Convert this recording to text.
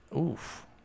Oof